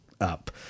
up